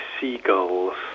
seagulls